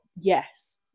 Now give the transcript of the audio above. Yes